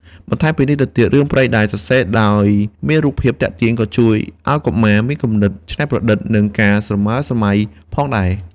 បន្ថែមពីលើនេះទៅទៀត រឿងព្រេងដែលសរសេរដោយមានរូបភាពទាក់ទាញ ក៏ជួយឲ្យកុមារមាន គំនិតច្នៃប្រឌិត និងការស្រមើលស្រមៃ ផងដែរ។